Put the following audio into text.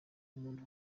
umuntu